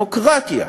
הדמוקרטיה,